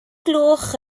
gloch